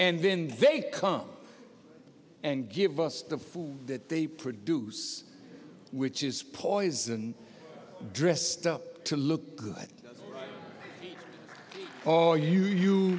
and when they come and give us the food that they produce which is poison dressed up to look good for you you